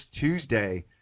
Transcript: Tuesday